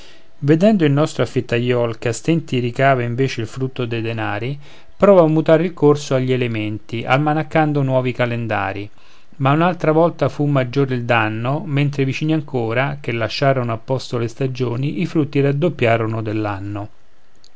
vedendo il nostro affittaiol che a stenti ricava invece il frutto dei denari prova a mutar il corso agli elementi almanaccando nuovi calendari ma un'altra volta fu maggiore il danno mentre i vicini ancora che lasciarono a posto le stagioni i frutti